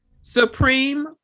Supreme